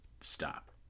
stop